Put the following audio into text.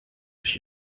sich